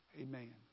Amen